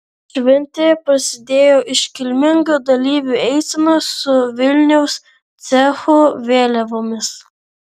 šventė prasidėjo iškilminga dalyvių eisena su vilniaus cechų vėliavomis